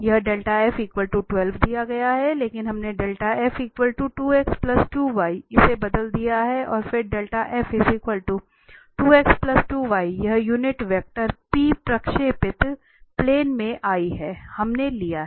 यह दिया गया है लेकिन हमने इसे बदल दिया है और फिर यह यूनिट वेक्टर प्रक्षेपित प्लेन में है हमने लिया है